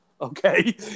Okay